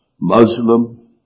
Muslim